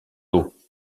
l’eau